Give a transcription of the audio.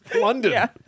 London